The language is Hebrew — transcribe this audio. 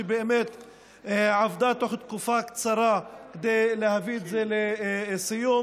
שבאמת עבדה כדי להביא את זה לסיום